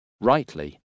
rightly